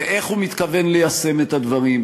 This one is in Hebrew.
ואיך הוא מתכוון ליישם את הדברים,